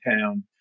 town